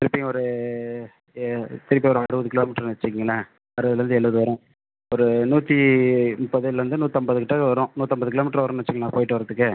திருப்பியும் ஒரு திருப்பியும் ஒரு அறுபது கிலோமீட்டருன்னு வெச்சிக்கங்களேன் அறுபதுலேந்து எழுபது வரும் ஒரு நூற்றி முப்பதுலேருந்து நூற்றைம்பது கிட்டே வரும் நூற்றைம்பது கிலோமீட்டர் வரும்ன்னு வெச்சிக்கங்களேன் போய்விட்டு வர்றதுக்கு